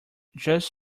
just